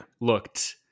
looked